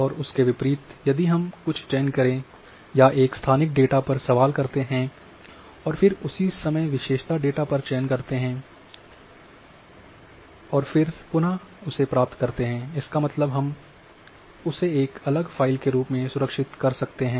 और उसके विपरीत यदि हम कुछ चयन करे या एक स्थानिक डेटा पर सवाल करते हैं और फिर उसी समय विशेषता डेटा का चयन करते है और फिर पुनः प्राप्ति करते है इसका मतलब हम उसे एक अलग फ़ाइल के रूप में सुरक्षित रख सकते हैं